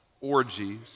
orgies